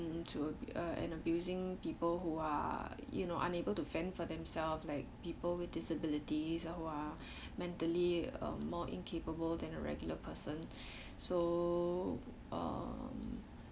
into uh and abusing people who are you know unable fend for themselves like people with disabilities and who are mentally um more incapable than a regular person so um